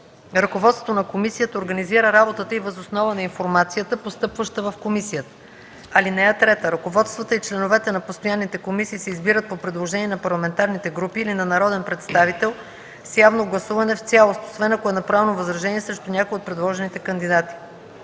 Ръководството на комисията организира работата й въз основа на информацията, постъпваща в комисията. (3) Ръководствата и членовете на постоянните комисии се избират по предложение на парламентарните групи или на народен представител с явно гласуване в цялост, освен ако е направено възражение срещу някой от предложените кандидати.